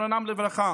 זיכרונם לברכה,